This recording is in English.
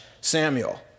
Samuel